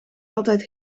altijd